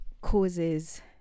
causes